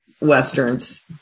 Westerns